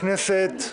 לכולם,